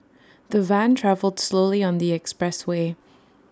the van travelled slowly on the expressway